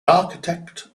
architect